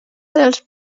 dels